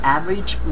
Average